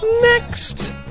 next